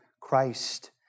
Christ